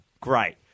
Great